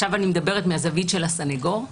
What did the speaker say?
כעת אני מדברת מזווית הסנגור,